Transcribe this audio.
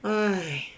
!aiya!